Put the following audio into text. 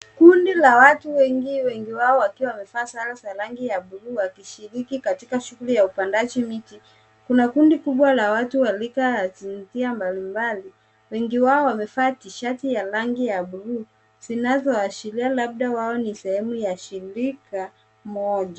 Kundi la watu wengi wengi wao wakiwa wamevaa sare ya rangi ya bluu wakishiriki katika shughuli ya upandaji miti. Kuna kundi kubwa la watu wa rika na jinsia mbalimbali wengi wao wamevaa t-shati ya rangi ya bluu zinazoashiria labda wao ni sehemu ya shirika moja.